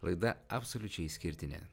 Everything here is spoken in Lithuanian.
laida absoliučiai išskirtinė